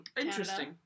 Interesting